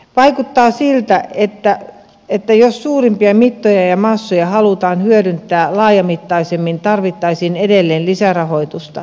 vaikuttaa siltä että jos suurempia mittoja ja massoja halutaan hyödyntää laajamittaisemmin tarvittaisiin edelleen lisärahoitusta